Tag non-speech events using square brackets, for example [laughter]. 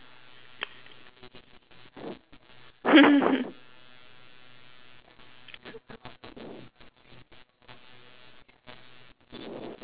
[laughs]